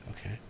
Okay